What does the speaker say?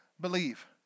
believe